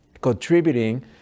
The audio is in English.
contributing